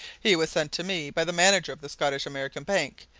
he was sent to me by the manager of the scottish-american bank,